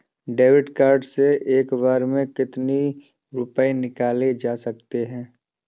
David card से एक बार में कितनी रूपए निकाले जा सकता है?